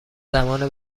زمان